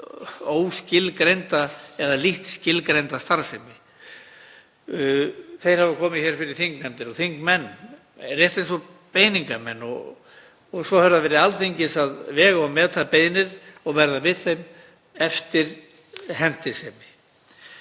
í óskilgreinda eða lítt skilgreinda starfsemi. Þeir hafa komið fyrir þingnefndir og þingmenn rétt eins og beiningamenn og svo hefur það verið Alþingis að vega og meta þær beiðnir og verða við þeim eftir hentisemi.